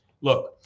Look